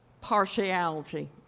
partiality